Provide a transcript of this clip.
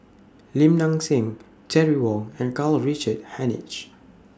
Lim Nang Seng Terry Wong and Karl Richard Hanitsch